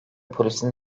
polisin